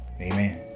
amen